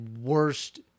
worst